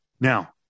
Now